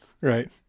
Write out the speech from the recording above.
Right